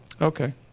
Okay